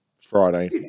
Friday